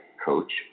coach